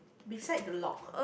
beside the lock